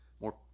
more